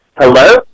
Hello